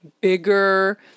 bigger